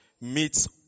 meets